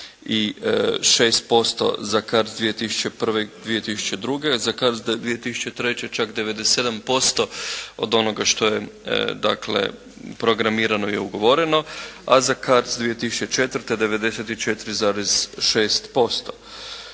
96% za CARDS 2001. i 2002., a za CARDS 2003. čak 97% od onoga što je dakle programirano i ugovoreno, a za CARDS 2004. 94,6%.